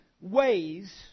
ways